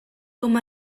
com